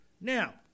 Now